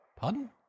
Pardon